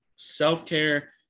self-care